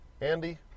Andy